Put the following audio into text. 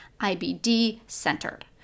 IBD-centered